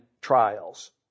trials